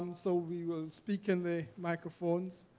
so we will speak in the microphones.